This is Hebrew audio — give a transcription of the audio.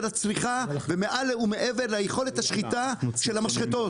לצריכה ומעל ומעבר ליכולת השחיטה של המשחטות.